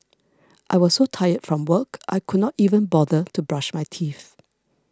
I was so tired from work I could not even bother to brush my teeth